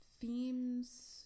themes